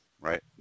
right